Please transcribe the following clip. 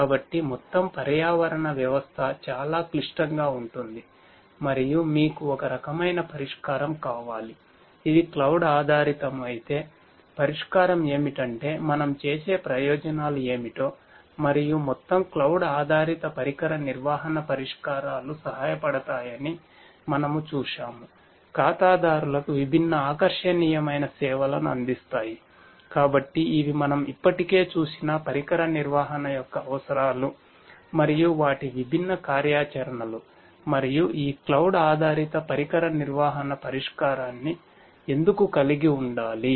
కాబట్టి మొత్తం పర్యావరణ వ్యవస్థ చాలా క్లిష్టంగా ఉంటుంది మరియు మీకు ఒక రకమైన పరిష్కారం కావాలి ఇది క్లౌడ్ ఆధారిత పరికర నిర్వహణ పరిష్కారాన్ని ఎందుకు కలిగి ఉండాలి